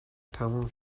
تموم